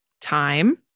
time